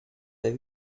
der